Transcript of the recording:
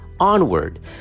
onward